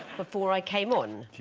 before i came on